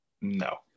No